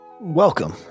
welcome